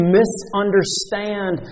misunderstand